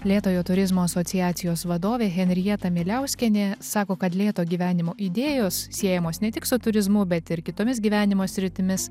lėtojo turizmo asociacijos vadovė henrieta miliauskienė sako kad lėto gyvenimo idėjos siejamos ne tik su turizmu bet ir kitomis gyvenimo sritimis